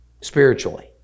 spiritually